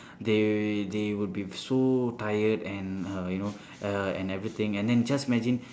they they would be so tired and uh you know uh and everything and then just imagine